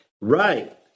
Right